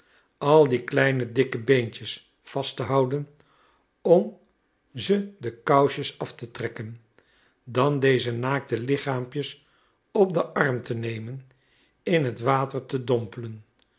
al die kleine dikke beentjes vast te houden om ze de kousjes af te trekken dan deze naakte lichaampjes op den arm te nemen in het water te dompelen